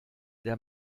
der